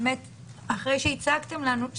אחרי שהצגתם לנו,